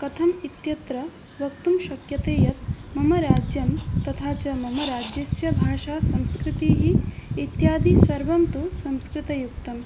कथम् इत्यत्र वक्तुं शक्यते यत् मम राज्यं तथा च मम राज्यस्य भाषा संस्कृतिः इत्यादिसर्वं तु संस्कृतयुक्तं